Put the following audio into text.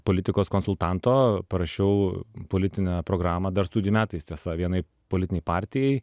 politikos konsultanto parašiau politinę programą dar studijų metais tiesa vienai politinei partijai